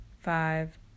five